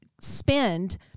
spend